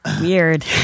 Weird